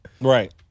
Right